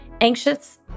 anxious